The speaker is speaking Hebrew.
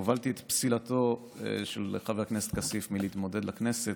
הובלתי את פסילתו של חבר הכנסת כסיף מלהתמודד לכנסת.